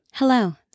Hello